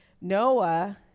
Noah